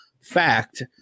fact